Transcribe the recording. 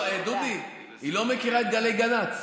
דודי, היא לא מכירה את גלי גנ"צ.